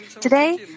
Today